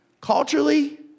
culturally